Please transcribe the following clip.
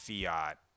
fiat